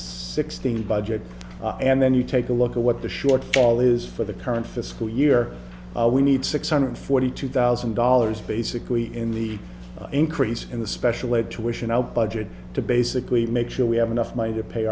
sixteen budget and then you take a look at what the shortfall is for the current fiscal year we need six hundred forty two thousand dollars basically in the increase in the special ed tuitions now budget to basically make sure we have enough money to pay